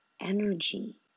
energy